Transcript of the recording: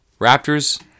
Raptors